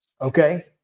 okay